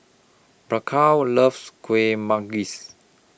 Bianca loves Kueh Manggis